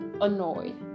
annoyed